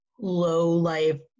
low-life